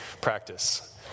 practice